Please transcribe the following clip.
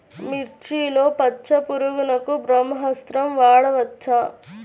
మిర్చిలో పచ్చ పురుగునకు బ్రహ్మాస్త్రం వాడవచ్చా?